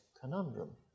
conundrum